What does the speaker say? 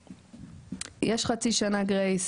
יש חצי שנה גרייס,